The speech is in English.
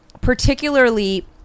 particularly